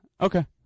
Okay